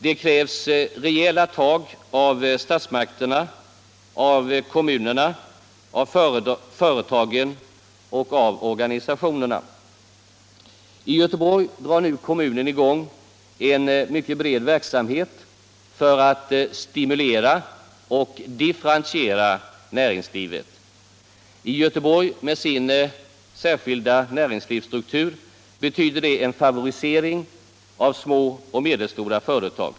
Det krävs rejäla tag av statsmakterna, av kommunerna, av företagen och av organisationerna. I Göteborg drar nu kommunen i gång en mycket bred verksamhet för att stimulera och differentiera näringslivet. I Göteborg med sin särskilda näringslivsstruktur betyder det en favorisering av små och medelstora företag.